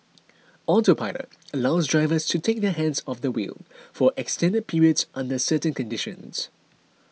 autopilot allows drivers to take their hands off the wheel for extended periods under certain conditions